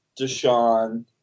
Deshaun